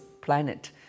planet